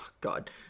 God